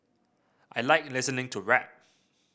I like listening to rap